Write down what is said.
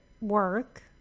work